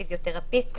פיזיותרפיסט,